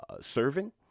serving